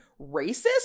racist